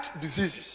diseases